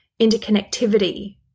interconnectivity